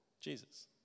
Jesus